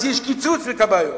אז יש קיצוץ בכבאיות.